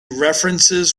references